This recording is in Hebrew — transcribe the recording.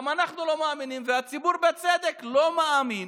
גם אנחנו לא מאמינים, והציבור, בצדק, לא מאמין